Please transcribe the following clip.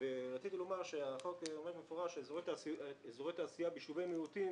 רציתי לומר שהחוק אומר במפורש שאזורי תעשייה ביישובי המיעוטים